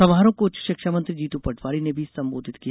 समारोह को उच्च शिक्षा मंत्री जीतू पटवारी ने भी संबोधित किया